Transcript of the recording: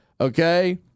Okay